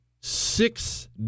six